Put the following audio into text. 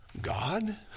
God